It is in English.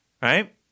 right